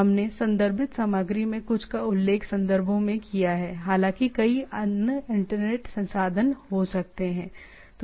हमने संदर्भित सामग्री में से कुछ का उल्लेख संदर्भों में किया है हालांकि कई अन्य इंटरनेट संसाधन हो सकते हैं